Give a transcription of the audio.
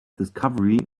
discovery